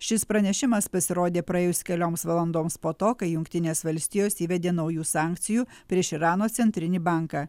šis pranešimas pasirodė praėjus kelioms valandoms po to kai jungtinės valstijos įvedė naujų sankcijų prieš irano centrinį banką